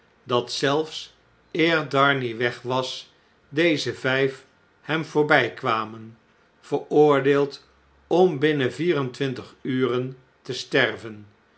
dat zelfs eer darnay weg was deze vijf hem voorbijkwamen veroordeeld om binnen vier en twintig uren te sterven